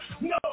No